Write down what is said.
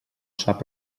sap